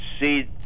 see